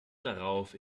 darauf